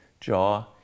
jaw